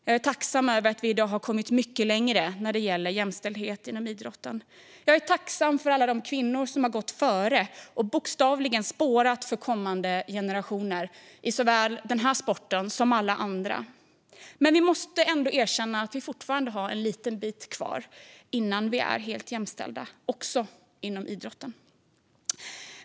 Jag är tacksam över att vi i dag har kommit mycket längre när det gäller jämställdhet inom idrotten. Jag är tacksam för alla de kvinnor som gått före och bokstavligen spårat för kommande generationer i såväl den här sporten som i alla andra. Men vi måste ändå erkänna att vi fortfarande har en liten bit kvar innan vi är helt jämställda också inom idrotten.